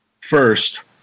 First